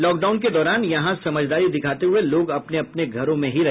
lockdown के दौरान यहां समझदारी दिखाते हुए लोग अपने अपने घरों में ही रहे